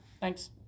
thanks